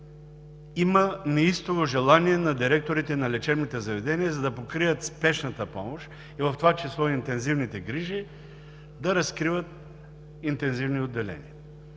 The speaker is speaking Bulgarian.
има неистово желание на директорите на лечебните заведения да покрият спешната помощ, в това число да разкриват интензивни отделения.